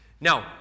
Now